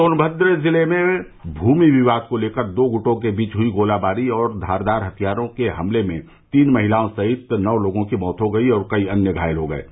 सोनभद्र जिले में भूमि विवाद को लेकर दो गुटों के बीच हुई गोलीबारी और धारदार हथियारों के हमले में तीन महिलाओं सहित नौ लोगों की मौत हो गई और कई लोग घायल हो गये हैं